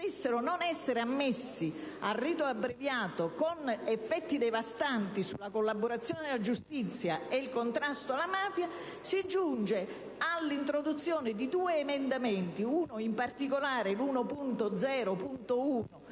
non essere ammessi al rito abbreviato, con effetti devastanti sulla collaborazione alla giustizia ed il contrasto alla mafia, si giunge all'introduzione di due emendamenti, ed in particolare l'1.0.1